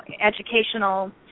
educational